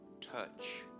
touch